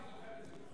ודאי.